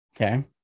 Okay